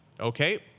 okay